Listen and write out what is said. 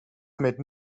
made